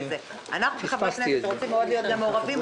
אנחנו כחברי כנסת רוצים מאוד להיות מעורבים,